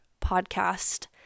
podcast